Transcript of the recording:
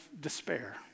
despair